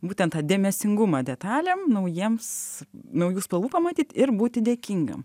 būtent tą dėmesingumą detalėm naujiems naujų spalvų pamatyt ir būti dėkingam